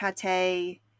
pate